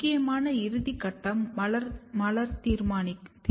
முக்கியமான இறுதி கட்டம் மலர் தீர்மானமாகும்